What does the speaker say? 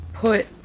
Put